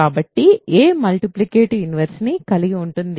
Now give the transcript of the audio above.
కాబట్టి a multiplicative inverse ని కలిగి ఉంటుంది